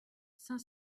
cinq